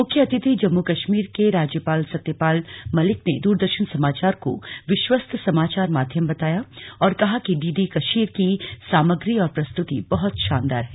मुख्य अतिथि जम्मू कश्मीर के राज्यपाल सत्यपाल मलिक ने दूरदर्शन समाचार को विश्वस्त समाचार माध्यम बताया और कहा कि डीडी कशीर की सामग्री और प्रस्तुति बहुत शानदार है